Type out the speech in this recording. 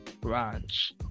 branch